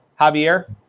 Javier